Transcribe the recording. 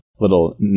little